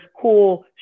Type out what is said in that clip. cool